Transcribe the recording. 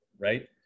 right